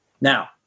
Now